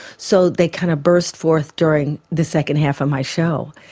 so they kind of burst forth during the second half of my show.